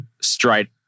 straight